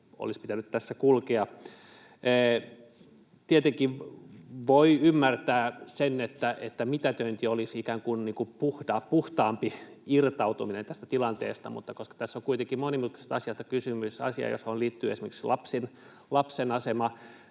olisi pitänyt tässä kulkea. Tietenkin voi ymmärtää sen, että mitätöinti olisi ikään kuin puhtaampi irtautuminen tästä tilanteesta, mutta koska tässä on kuitenkin monimutkaisesta asiasta kysymys, asiasta, johon liittyy esimerkiksi lapsen asema,